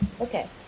Okay